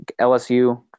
LSU